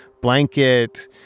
blanket